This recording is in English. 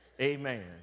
Amen